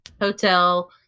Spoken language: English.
hotel